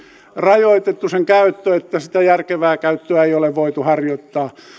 rajoitettu sen käyttö että sitä järkevää käyttöä ei ole voitu harjoittaa